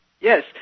Yes